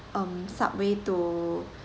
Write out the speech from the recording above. um subway to